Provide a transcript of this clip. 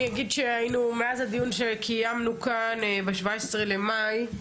אני אגיד שמאז הדיון שקיימנו כאן ב-17 במאי,